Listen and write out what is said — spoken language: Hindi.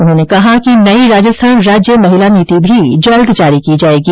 उन्होंने कहा कि नई राजस्थान राज्य महिला नीति भी शीघ्र जारी की जाएगी